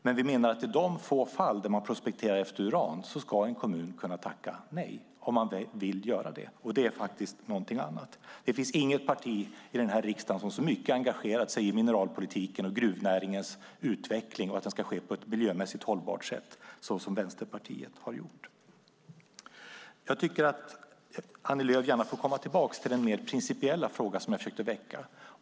Men vi menar att i de få fall där man prospekterar efter uran ska en kommun kunna tacka nej om man vill göra det, och det är faktiskt någonting annat. Det finns inget parti i den här riksdagen som så mycket engagerat sig i mineralpolitiken och gruvnäringens utveckling och att den ska ske på ett miljömässigt hållbart sätt som Vänsterpartiet har gjort. Jag tycker att Annie Lööf gärna får komma tillbaks till den mer principiella fråga som jag försökte väcka.